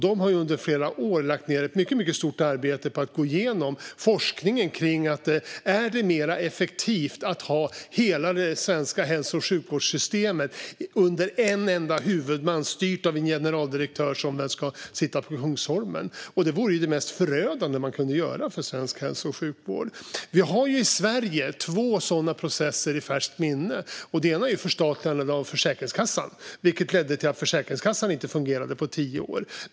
De har under flera år lagt ned ett mycket stort arbete på att gå igenom forskningen om huruvida det är mer effektivt att ha hela det svenska hälso och sjukvårdssystemet under en enda huvudman, styrt av en generaldirektör som väl skulle sitta på Kungsholmen. Det vore det mest förödande man kunde göra för svensk hälso och sjukvård. I Sverige har vi två sådana processer i färskt minne. Det ena är förstatligandet av Försäkringskassan, vilket ledde till att Försäkringskassan inte fungerade på tio år.